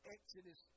Exodus